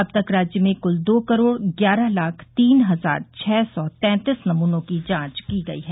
अब तक राज्य में कुल दो करोड़ ग्यारह लाख तीन हजार छह सौ तैतीस नमूनों की जांच की गई है